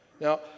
Now